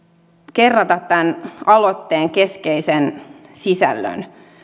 kerrata tämän aloitteen keskeisen sisällön